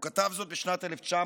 הוא כתב זאת בשנת 1983,